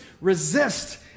resist